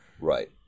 right